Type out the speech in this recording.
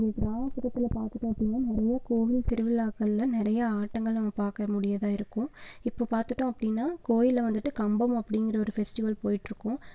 இங்கே கிராமப்புறத்தில் பார்த்துட்டோம் அப்படின்னா நிறையா கோவில் திருவிழாக்கள்ல நிறையா ஆட்டங்கள் நம்ம பார்க்க முடியதாக இருக்கும் இப்போ பார்த்துட்டோம் அப்படின்னா கோயில்ல வந்துட்டு கம்பம் அப்படிங்குற பெஸ்டிவல் போய்ட்டு இருக்கும்